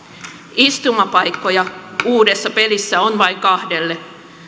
istumapaikkoja uudessa pelissä on vain kahdelle